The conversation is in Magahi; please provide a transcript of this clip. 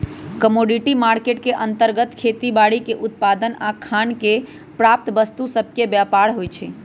कमोडिटी मार्केट के अंतर्गत खेती बाड़ीके उत्पाद आऽ खान से प्राप्त वस्तु सभके व्यापार होइ छइ